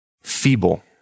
feeble